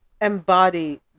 embody